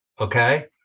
okay